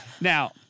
Now